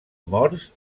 morts